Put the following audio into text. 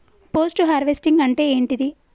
Post harvesting అంటే ఏంటిది?